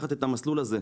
לקחת את המסלול הזה,